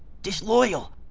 disloyal,